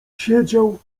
siedział